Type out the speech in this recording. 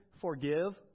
forgive